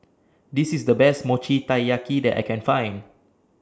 This IS The Best Mochi Taiyaki that I Can Find